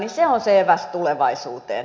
se on se eväs tulevaisuuteen